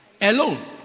alone